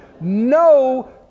no